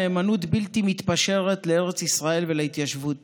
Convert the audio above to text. נאמנות בלתי מתפשרת לארץ ישראל ולהתיישבות